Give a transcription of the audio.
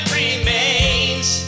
remains